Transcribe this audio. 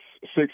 six